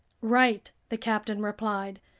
right, the captain replied,